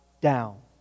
down